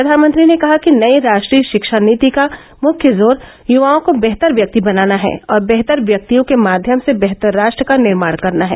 प्रधानमंत्री ने कहा कि नई राष्ट्रीय शिक्षा नीति का मुख्य जोर यवाओं को बेहतर व्यक्ति बनाना है और बेहतर व्यक्तियों के माध्यम से बेहतर राष्ट्र का निर्माण करना है